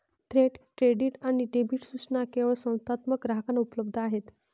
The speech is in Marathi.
थेट क्रेडिट आणि डेबिट सूचना केवळ संस्थात्मक ग्राहकांना उपलब्ध आहेत